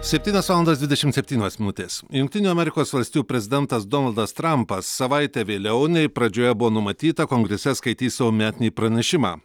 septynios valandos dvidešimt septynios minutės jungtinių amerikos valstijų prezidentas donaldas trampas savaite vėliau nei pradžioje buvo numatyta kongrese skaitys savo metinį pranešimą